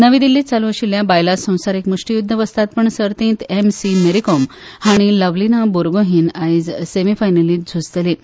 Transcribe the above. नवी दिल्लींत चालू आशिल्ल्या बायलां संचसारीक मुश्टीयुद्ध वस्तादपण सर्तींत एमसी मॅरीकोमान लवलीना बोरगोहीन आयज सेमीफायनलींत झुजतलीं